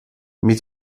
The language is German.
mit